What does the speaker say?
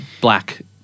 black